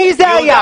מי זה היה?